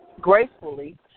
gracefully